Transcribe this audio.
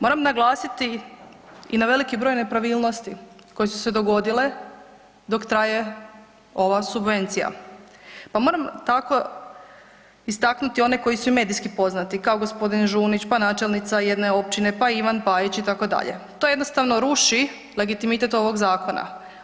Moram naglasiti i na veliki broj nepravilnosti koje su se dogodile dok traje ova subvencija, pa moram tako istaknuti one koje su i medijski poznati, kao g. Žunić, pa načelnica jedne općine, pa Ivan Pajić, itd., to jednostavno ruši legitimitet ovog zakona.